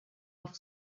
off